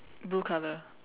blue colour